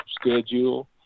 schedule